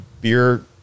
beer